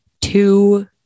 two